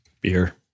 beer